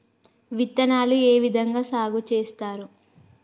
విత్తనాలు ఏ విధంగా సాగు చేస్తారు?